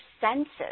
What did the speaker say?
senses